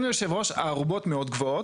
הארובות מאוד גבוהות.